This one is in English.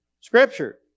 Scripture